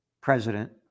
president